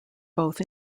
both